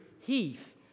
Heath